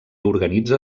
organitza